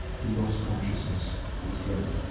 he lost consciousness altogether.